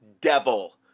devil